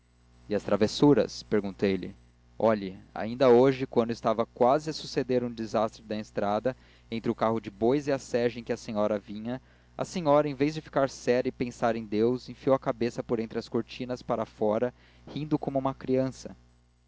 e as travessuras perguntei-lhe olhe ainda hoje quando estava quase a suceder um desastre na estrada entre o carro de bois e a sege em que a senhora vinha a senhora em vez de ficar séria e pensar em deus enfiou a cabeça por entre as cortinas para fora rindo como uma criança